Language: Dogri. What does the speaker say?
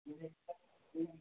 अ